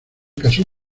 casó